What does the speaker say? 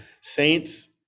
Saints